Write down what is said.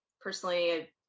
personally